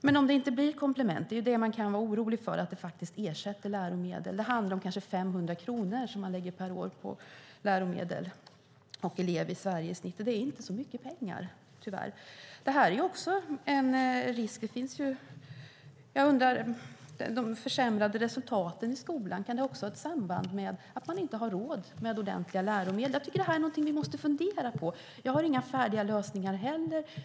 Men det man kan vara orolig för är att det inte blir ett komplement utan faktiskt ersätter läromedel. Man lägger ungefär 500 kronor på läromedel per år och elev i snitt i Sverige. Det är tyvärr inte så mycket pengar. Jag undrar om de försämrade resultaten i skolan också kan ha ett samband med att man inte har råd med ordentliga läromedel. Jag tycker att detta är något som vi måste fundera på. Jag har inga färdiga lösningar.